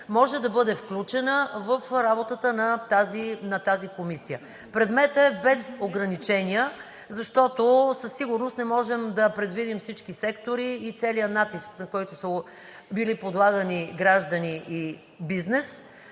може да бъде включена в работата на тази комисия. Предметът е без ограничения, защото със сигурност не можем да предвидим всички сектори и целия натиск, на който са били подлагани граждани и бизнес.